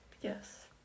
Yes